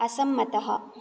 असम्मतः